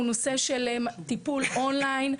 הוא נושא של טיפול און-ליין,